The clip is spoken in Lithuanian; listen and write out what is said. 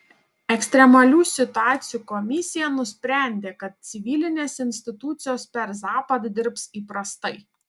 ekstremalių situacijų komisija nusprendė kad civilinės institucijos per zapad dirbs įprastai